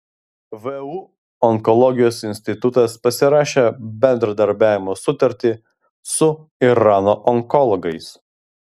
vu onkologijos institutas pasirašė bendradarbiavimo sutartį su irano onkologais